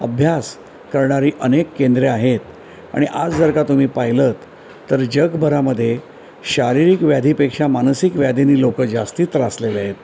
अभ्यास करणारी अनेक केंद्रे आहेत आणि आज जर का तुम्ही पाहिलंत तर जगभरामध्ये शारीरिक व्याधीपेक्षा मानसिक व्याधीने लोक जास्ती त्रासलेले आहेत